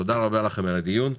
תודה רבה לכם על הדיון.